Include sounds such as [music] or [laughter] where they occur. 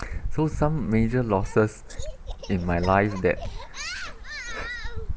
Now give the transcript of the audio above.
so some major losses in my life that [breath]